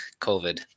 COVID